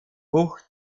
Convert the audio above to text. bucht